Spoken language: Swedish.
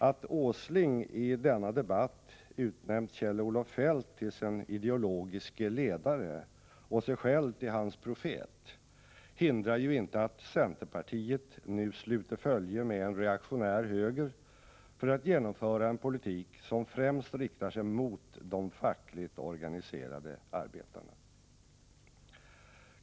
Att Nils Åsling i denna debatt utnämnt Kjell-Olof Feldt till sin ideologiske ledare och sig själv till hans profet hindrar ju inte att centerpartiet nu sluter följe med en reaktionär höger för att genomföra en politik som främst riktar sig mot de fackligt organiserade arbetarna.